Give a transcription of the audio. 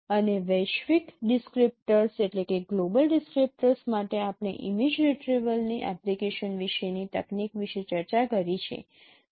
અને વૈશ્વિક ડિસક્રીપ્ટર્સ માટે આપણે ઇમેજ રિટ્રીવલની એપ્લિકેશન વિશેની તકનીક વિશે ચર્ચા કરી છે